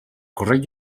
correct